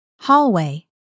Hallway